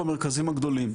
במרכזים הגדולים.